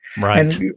Right